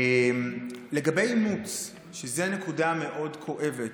לגבי אימוץ, זו נקודה מאוד כואבת.